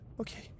Okay